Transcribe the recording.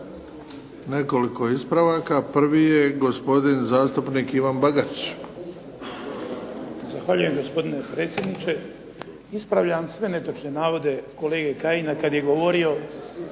nekoliko ispravaka. Prvi je gospodin zastupnik Ivan Bagarić. **Bagarić, Ivan (HDZ)** Zahvaljujem gospodine predsjedniče. Ispravljam sve netočne navode kolege Kajina kad je govorio